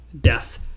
Death